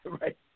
Right